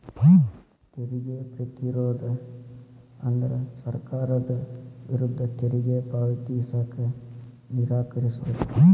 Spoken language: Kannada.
ತೆರಿಗೆ ಪ್ರತಿರೋಧ ಅಂದ್ರ ಸರ್ಕಾರದ ವಿರುದ್ಧ ತೆರಿಗೆ ಪಾವತಿಸಕ ನಿರಾಕರಿಸೊದ್